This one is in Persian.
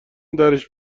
درش